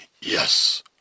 Yes